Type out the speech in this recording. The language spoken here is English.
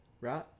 right